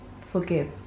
forgive